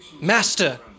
Master